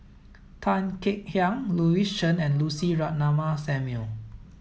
Tan Kek Hiang Louis Chen and Lucy Ratnammah Samuel